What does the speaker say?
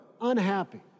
unhappy